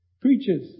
preachers